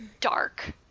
dark